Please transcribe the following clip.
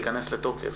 ייכנס לתוקף.